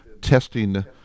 testing